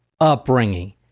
upbringing